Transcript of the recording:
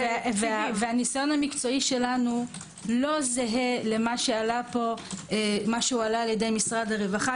והניסיון המקצועי שלנו לא זהה למה שהועלה על ידי משרד הרווחה.